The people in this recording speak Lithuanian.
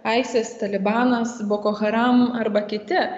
isis talibanas bokoharam arba kiti